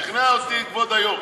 שכנע אותי כבוד היו"ר.